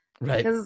Right